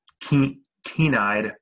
keen-eyed